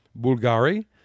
Bulgari